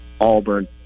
Auburn